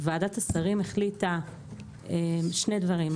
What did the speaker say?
ועדת השרים החליטה שני דברים.